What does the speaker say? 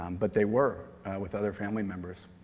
um but they were with other family members.